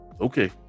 Okay